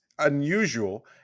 unusual